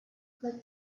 click